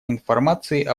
информации